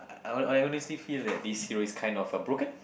I I honestly feel this hero is kind of uh broken